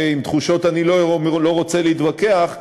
ועם תחושות אני לא רוצה להתווכח,